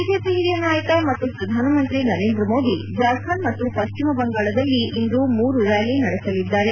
BJP ಹಿರಿಯ ನಾಯಕ ಮತ್ತು ಪ್ರಧಾನಮಂತ್ರಿ ನರೇಂದ್ರ ಮೋದಿ ಜಾರ್ಖಂಡ್ ಮತ್ತು ಪಶ್ಚಿಮಬಂಗಾಳದಲ್ಲಿ ಇಂದು ಮೂರು ರ್ನಾಲಿ ನಡೆಸಲಿದ್ದಾರೆ